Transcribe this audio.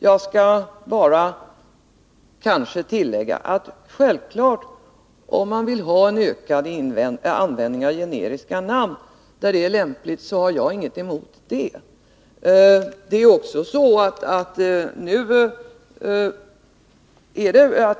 Jag vill emellertid tillägga att om man vill ha en ökad användning av generiska namn där det är lämpligt, så har jag självfallet inget emot det.